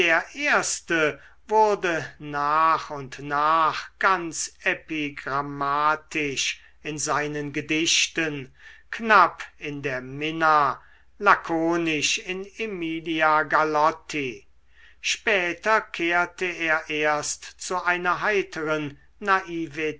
erste wurde nach und nach ganz epigrammatisch in seinen gedichten knapp in der minna lakonisch in emilia galotti später kehrte er erst zu einer heiteren naivetät